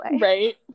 Right